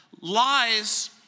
Lies